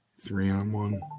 three-on-one